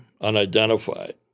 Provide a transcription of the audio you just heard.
unidentified